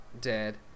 dead